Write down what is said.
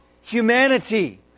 humanity